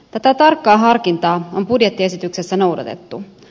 tätä tarkkaa harkintaa on budjettiesityksessä noudatettu